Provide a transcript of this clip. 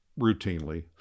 routinely